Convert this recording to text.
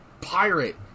pirate